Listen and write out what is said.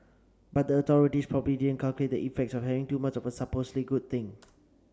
but the authorities probably didn't calculate the effects of having too much of a supposedly good thing